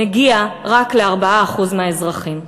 מגיע רק ל-4% מהאזרחים.